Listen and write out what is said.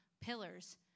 pillars